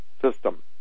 system